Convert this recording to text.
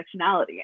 intersectionality